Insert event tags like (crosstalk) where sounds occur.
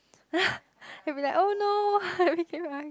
(laughs) then be like oh no everything right